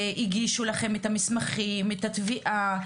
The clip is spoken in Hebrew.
שהגישו לכם את המסמכים, את התביעה.